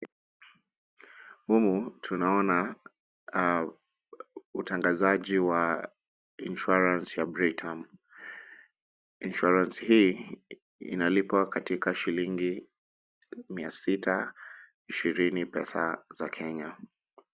Humu, tunaona utangazaji wa insurance ya Britain, Insurance hii, inalipwa katika shilingi mia sita, ishirini pesa, za Kenya.